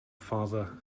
father